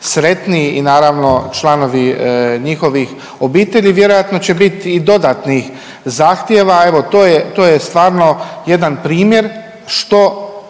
i naravno članovi njihovih obitelji. Vjerojatno će bit i dodatnih zahtjeva, evo to je, to je stvarno jedan primjer što